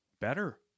better